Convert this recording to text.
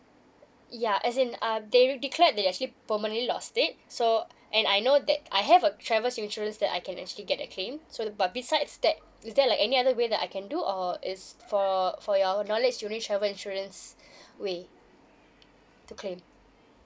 ya as in uh they declared they actually permanently lost it so and I know that I have a travel insurance that I can actually get a claim so but besides that is there like any other way that I can do or is for for your knowledge you need travel insurance way to claim